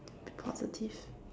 positive